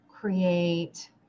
create